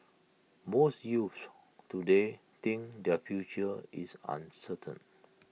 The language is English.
most youths today think their future is uncertain